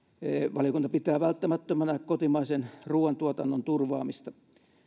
valiokunta pitää välttämättömänä kotimaisen ruoantuotannon turvaamista